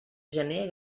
gener